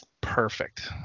Perfect